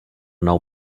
nou